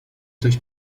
coś